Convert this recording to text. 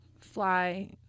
fly